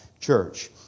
church